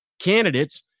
candidates